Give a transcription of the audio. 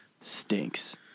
stinks